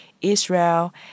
Israel